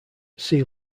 see